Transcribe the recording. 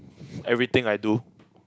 everything I do